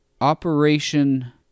Operation